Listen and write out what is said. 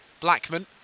Blackman